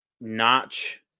notch